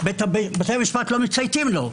שבתי המשפט לא מצייתים לו,